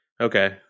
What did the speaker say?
Okay